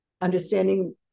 understanding